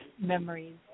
memories